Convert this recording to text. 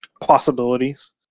possibilities